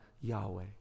Yahweh